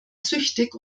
süchtig